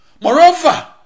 Moreover